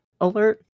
alert